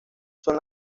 son